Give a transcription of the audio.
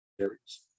areas